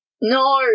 no